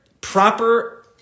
proper